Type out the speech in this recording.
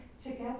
together